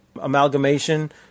amalgamation